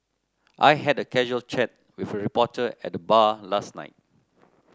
I had a casual chat with a reporter at the bar last night